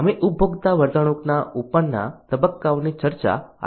અમે ઉપભોક્તા વર્તણૂકના ઉપરના તબક્કાઓની ચર્ચા આગળ કરીશું